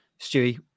Stewie